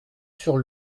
sur